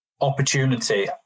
opportunity